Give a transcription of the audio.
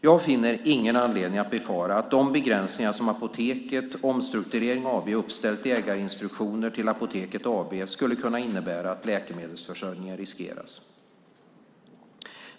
Jag finner ingen anledning att befara att de begränsningar som Apoteket Omstrukturering AB uppställt i ägarinstruktioner till Apoteket AB skulle kunna innebära att läkemedelsförsörjningen riskeras.